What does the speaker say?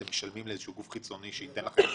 אתם משלמים לאיזשהו גוף חיצוני שייתן לכם?